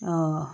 ഓ